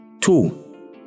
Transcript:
Two